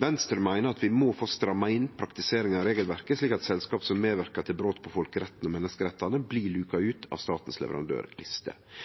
Venstre meiner at vi må få stramma inn praktiseringa av regelverket, slik at selskap som medverkar til brot på folkeretten og menneskerettane, blir luka ut av